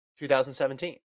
2017